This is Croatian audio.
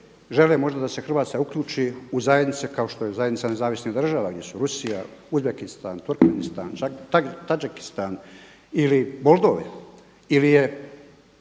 žele možda da se Hrvatska uključi u zajednice kao što je zajednica nezavisnih država gdje su Rusija, Uzbekistan, Turkanistan, Tađekistan ili Boldovija